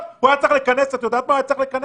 את יודעת על מה הוא היה צריך לכנס